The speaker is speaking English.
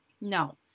No